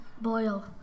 boil